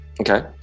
okay